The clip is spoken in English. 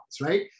right